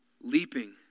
leaping